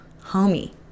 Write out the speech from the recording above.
homie